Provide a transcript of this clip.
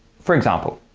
for example